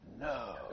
no